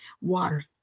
water